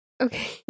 Okay